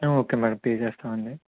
okay madam pay చేస్తానండి